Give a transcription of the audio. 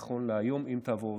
נכון להיום, אם תעבור הרפורמה.